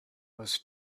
was